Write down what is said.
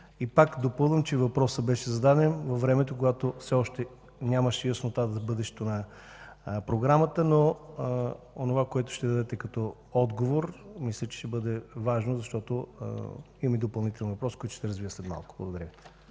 Пак допълвам, че въпросът беше зададен във времето, когато все още нямаше яснота за бъдещето на програмата, но онова, което ще дадете като отговор, ще бъде важно. Имам и допълнителни въпроси, които ще развия след малко.